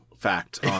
fact